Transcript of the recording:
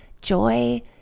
joy